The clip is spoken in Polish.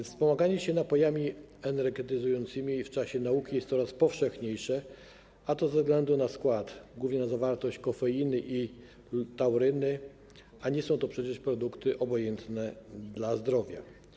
Wspomaganie się napojami energetyzującymi w czasie nauki jest coraz powszechniejsze, a to ze względu na skład, głównie ze względu na zawartość kofeiny i tauryny, a nie są to przecież produkty obojętne dla zdrowia.